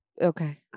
okay